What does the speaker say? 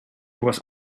was